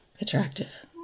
attractive